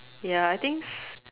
ya I think